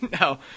no